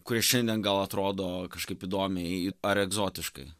kurie šiandien gal atrodo kažkaip įdomiai ar egzotiškai